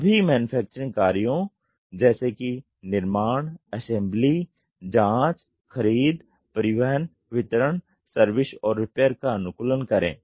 सभी मैन्युफैक्चरिंग कार्यों जैसे कि निर्माण असेंबली जांच खरीद परिवहन वितरण सर्विस और रिपेयर का अनुकूलन करें